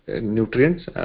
nutrients